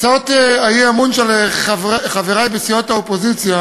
הצעות האי-אמון של חברי מסיעות האופוזיציה